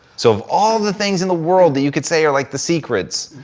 so of all the things in the world that you could say are like the secrets,